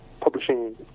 publishing